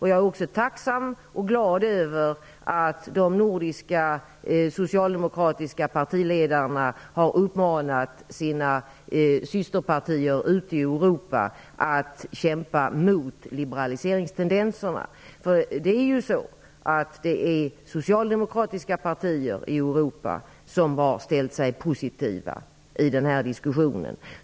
Jag är också tacksam och glad över att de nordiska socialdemokratiska partiledarna har uppmanat sina systerpartier ute i Europa att kämpa mot liberaliseringstendenserna. Det är ju socialdemokratiska partier i Europa som har ställt sig positiva i denna diskussion.